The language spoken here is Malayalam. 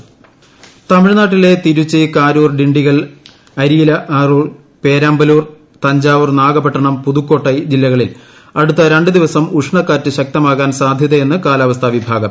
ഉഷ്ണക്കാറ്റ് തമിഴ്നാട്ടിലെ തിരുച്ചി കാരൂർ ഡിണ്ടിഗൽ അരിയാലൂർ പേരാമ്പലൂർ തഞ്ചാവൂർ നാഗപട്ടിണം പുതുക്കോട്ടൈ ജില്ലകളിൽ അടുത്ത രണ്ടു ദിവസം ഉഷ്ണക്കാറ്റ് ശക്തമാകാൻ സാധൃതയെന്ന് കാലാവസ്ഥാ വിഭാഗം